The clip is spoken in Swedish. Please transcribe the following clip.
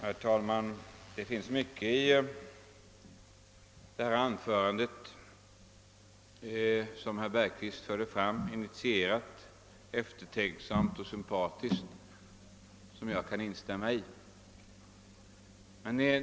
Herr talman! Det finns mycket i det anförande som herr Bergqvist framföde initierat, eftertänksamt och sympatiskt som jag kan instämma i.